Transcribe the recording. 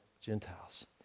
Gentiles